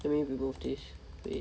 let me remove this wait